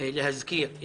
להזכיר,